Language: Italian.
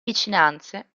vicinanze